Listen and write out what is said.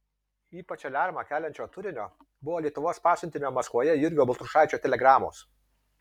ypač aliarmą keliančio turinio buvo lietuvos pasiuntinio maskvoje jurgio baltrušaičio telegramos